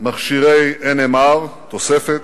מכשירי NMR תוספת,